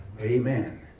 Amen